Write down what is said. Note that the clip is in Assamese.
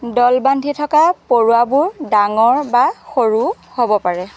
দল বান্ধি থকা পৰুৱাবোৰ ডাঙৰ বা সৰুও হ'ব পাৰে